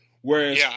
Whereas